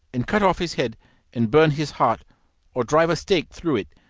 and cut off his head and burn his heart or drive a stake through it,